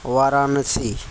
Varanasi